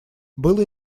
было